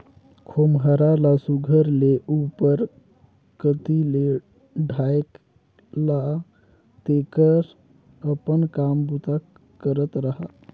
खोम्हरा ल सुग्घर ले उपर कती ले ढाएक ला तेकर अपन काम बूता करत रहा